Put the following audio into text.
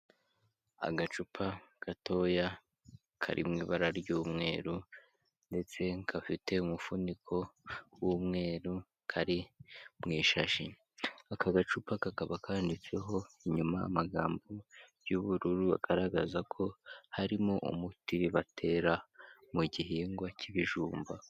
Agacupa gatoya kari mu ibara ry'umweru, ndetse gafite umufuniko w'umweru kari mushashi, aka gacupa kakaba kanditseho inyuma amagambo y'ubururu agaragaza ko harimo umuti, batera mu gihingwa cy'ibijumba.